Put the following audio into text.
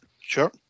sure